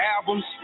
albums